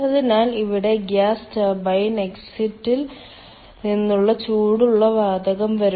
അതിനാൽ ഇവിടെ gas turbine എക്സിറ്റിൽ നിന്നുള്ള ചൂടുള്ള വാതകം വരും